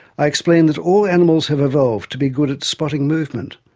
i explain that all animals have evolved to be good at spotting movement,